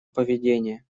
поведение